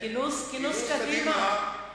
כינוס קדימה.